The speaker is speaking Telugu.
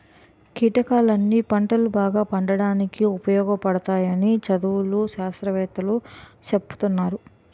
కీటకాలన్నీ పంటలు బాగా పండడానికి ఉపయోగపడతాయని చదువులు, శాస్త్రవేత్తలూ సెప్తున్నారు